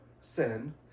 sin